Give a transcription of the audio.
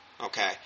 Okay